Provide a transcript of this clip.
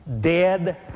Dead